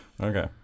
Okay